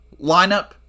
lineup